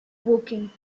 woking